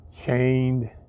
chained